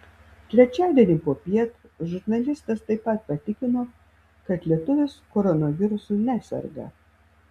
trečiadienį popiet žurnalistas taip pat patikino kad lietuvis koronavirusu neserga